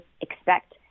expect